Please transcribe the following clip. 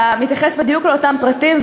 אתה מתייחס בדיוק לאותם פרטים.